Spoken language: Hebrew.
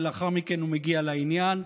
ולאחר מכן הוא מגיע לעניין.